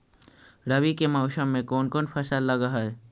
रवि के मौसम में कोन कोन फसल लग है?